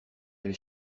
elle